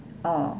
oh